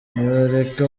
nibareke